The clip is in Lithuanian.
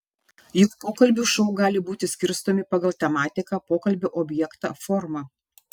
juk pokalbių šou gali būti skirstomi pagal tematiką pokalbio objektą formą